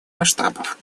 масштабов